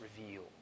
reveal